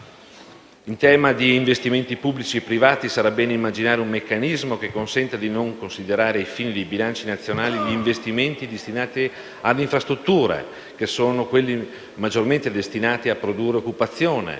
In tema di investimenti pubblici e privati sarà bene immaginare un meccanismo che consenta di non considerare ai fini dei bilanci nazionali gli investimenti destinati ad infrastrutture, che sono quelli maggiormente destinati a produrre occupazione.